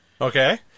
Okay